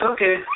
Okay